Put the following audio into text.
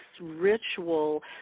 ritual